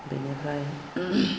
बेनिफ्राय